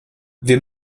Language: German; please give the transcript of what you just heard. wir